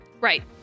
Right